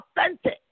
authentic